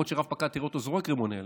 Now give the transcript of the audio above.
יכול להיות שתראה רב-פקד זורק רימון הלם,